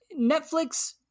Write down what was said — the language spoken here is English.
Netflix